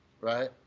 right